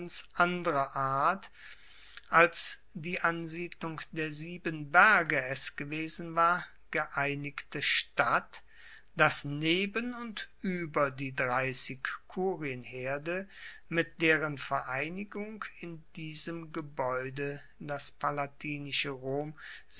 anderer art als die ansiedelung der sieben berge es gewesen war geeinigte stadt dass neben und ueber die dreissig kurienherde mit deren vereinigung in einem gebaeude das palatinische rom